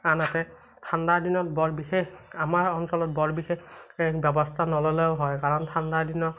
আনহাতে ঠাণ্ডা দিনত বৰ বিশেষ আমাৰ অঞ্চলত বৰ বিশেষ ব্যৱস্থা নল'লেও হয় কাৰণ ঠাণ্ডা দিনত